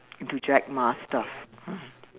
into Jack Ma stuff mm